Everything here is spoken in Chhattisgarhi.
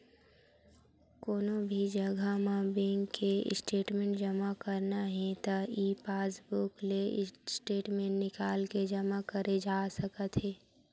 कोनो भी जघा म बेंक के स्टेटमेंट जमा करना हे त ई पासबूक ले स्टेटमेंट निकाल के जमा करे जा सकत हे